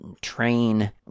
train